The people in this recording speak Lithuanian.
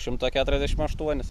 šimtą keturiasdešimt aštuonis